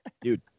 Dude